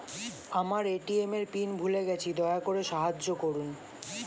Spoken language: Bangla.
আমার এ.টি.এম এর পিন ভুলে গেছি, দয়া করে সাহায্য করুন